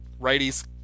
righties